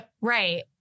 right